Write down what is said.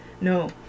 No